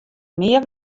nea